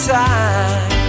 time